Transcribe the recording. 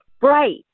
bright